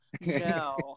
no